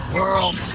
World